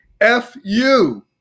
F-U